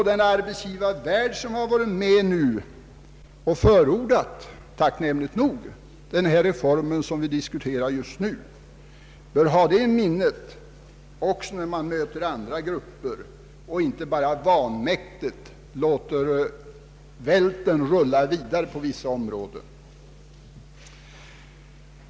Den arbetsgivarvärld som tacknämligt nog förordat den reform vi just nu diskuterar bör ha dessa förhållanden i minnet också vid möte med andra grupper och inte bara vanmäktigt låta välten rulla vidare på vissa områden.